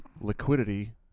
liquidity